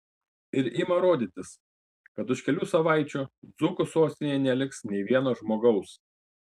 ir ima rodytis kad už kelių savaičių dzūkų sostinėje neliks nei vieno žmogaus